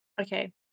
okay